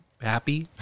happy